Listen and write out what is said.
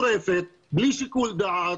אתם בפרקליטות נתתם הנחיה גורפת בלי שיקול דעת,